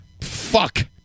Fuck